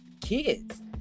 kids